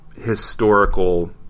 Historical